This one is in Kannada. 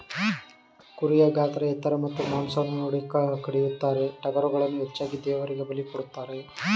ಕುರಿಯ ಗಾತ್ರ ಎತ್ತರ ಮತ್ತು ಮಾಂಸವನ್ನು ನೋಡಿ ಕಡಿಯುತ್ತಾರೆ, ಟಗರುಗಳನ್ನು ಹೆಚ್ಚಾಗಿ ದೇವರಿಗೆ ಬಲಿ ಕೊಡುತ್ತಾರೆ